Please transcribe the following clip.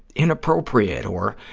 inappropriate or,